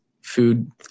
food